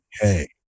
hey